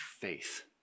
faith